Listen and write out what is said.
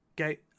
Okay